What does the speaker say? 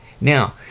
Now